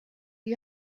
you